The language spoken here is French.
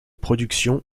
production